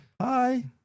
Hi